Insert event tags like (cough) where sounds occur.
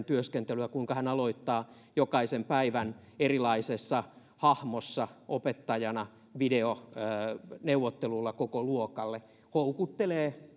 (unintelligible) työskentelyä kuinka hän aloittaa jokaisen päivän erilaisessa hahmossa opettajana videoneuvottelulla koko luokalle houkuttelee (unintelligible)